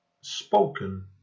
Spoken